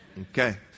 Okay